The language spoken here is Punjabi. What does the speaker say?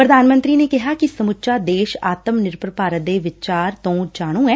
ਪ੍ਰਧਾਨ ਮੰਤਰੀ ਨੇ ਕਿਹਾ ਕਿ ਸਮੁੱਚਾ ਦੇਸ਼ ਆਤਮ ਨਿਰਭਰ ਭਾਰਤ ਦੇ ਵਿਚਾਰ ਤੋਂ ਜਾਣ ਐ